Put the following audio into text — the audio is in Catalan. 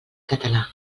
català